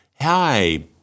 hi